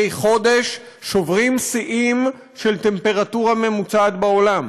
חודש שוברים שיאים של טמפרטורה ממוצעת בעולם,